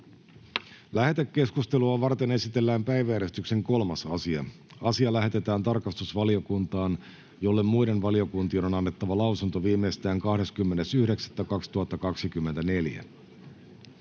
Lähetekeskustelua varten esitellään päiväjärjestyksen 3. asia. Asia lähetetään tarkastusvaliokuntaan, jolle muiden valiokuntien on annettava lausunto viimeistään 20.9.2024.